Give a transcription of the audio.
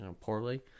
poorly